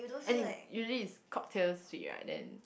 as in usually it's cocktail sweet right then